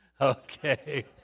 Okay